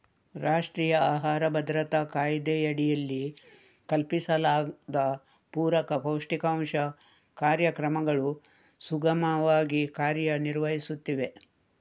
ರಾಷ್ಟ್ರೀಯ ಆಹಾರ ಭದ್ರತಾ ಕಾಯ್ದೆಯಡಿಯಲ್ಲಿ ಕಲ್ಪಿಸಲಾದ ಪೂರಕ ಪೌಷ್ಟಿಕಾಂಶ ಕಾರ್ಯಕ್ರಮಗಳು ಸುಗಮವಾಗಿ ಕಾರ್ಯ ನಿರ್ವಹಿಸುತ್ತಿವೆ